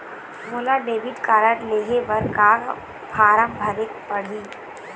मोला debit card लेहे बर का का फार्म भरेक पड़ही?